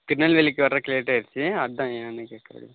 திருநெல்வேலிக்கு வரதுக்கு லேட் ஆகிடுச்சி அதுதான் ஏன்னெனு கேட்டேன்